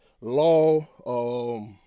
law